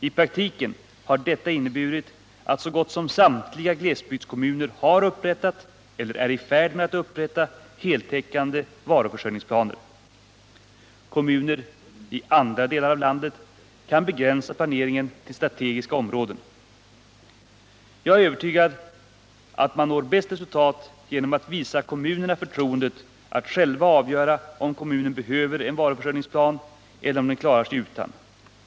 I praktiken har detta inneburit att så gott som samtliga kommuner i det inre stödområdet, 30-31 av 34, har upprättat eller är i färd med att upprätta varuförsörjningsplaner. I de fall särskilda planer inte utarbetas anser jag det naturligt att varuförsörjningens ordnande tas upp som en väsentlig del i den kommunala planeringen i övrigt.